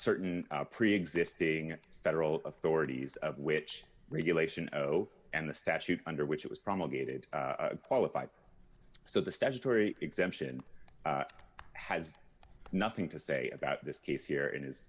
certain preexisting federal authorities of which relation and the statute under which it was promulgated qualified so the statutory exemption has nothing to say about this case here it is